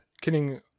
killing